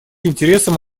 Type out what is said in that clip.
интересам